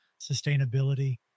sustainability